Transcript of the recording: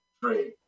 Three